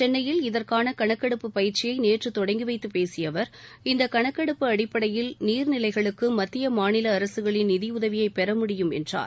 சென்னையில் இதற்கான கணக்கெடுப்பு பயிற்சியை நேற்று தொடங்கி வைத்துப் பேசிய அவர் இந்த கணக்கெடுப்பு அடிப்படையில் நீர்நிலைகளுக்கு மத்திய மாநில அரசுகளின் நிதி உதவியை பெற முடியும் என்றார்